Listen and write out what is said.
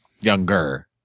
Younger